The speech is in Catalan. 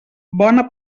bona